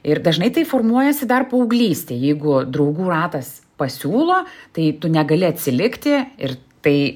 ir dažnai tai formuojasi dar paauglystėj jeigu draugų ratas pasiūlo tai tu negali atsilikti ir tai